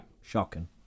Shocking